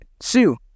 Sue